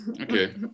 Okay